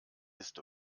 ist